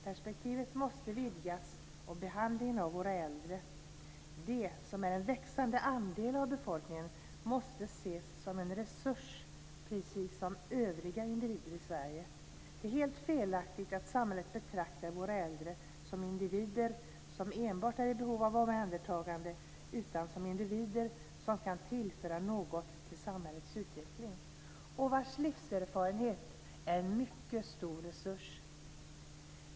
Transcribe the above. Perspektivet måste vidgas och behandlingen av våra äldre, de som är en växande andel av befolkningen, måste ses som en resurs precis som övriga individer i Sverige. Det är helt felaktigt att samhället betraktar våra äldre som individer som enbart är i behov av omhändertagande i stället för som individer som kan tillföra något till samhällets utveckling och vars livserfarenhet är en mycket stor resurs.